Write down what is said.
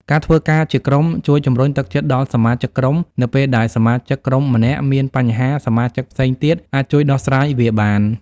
ការធ្វើការជាក្រុមជួយជំរុញទឹកចិត្តដល់សមាជិកក្រុម នៅពេលដែលសមាជិកក្រុមម្នាក់មានបញ្ហា សមាជិកផ្សេងទៀតអាចជួយដោះស្រាយវាបាន។